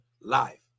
life